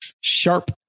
Sharp